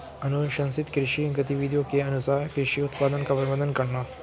अनुशंसित कृषि गतिविधियों के अनुसार कृषि उत्पादन का प्रबंधन करना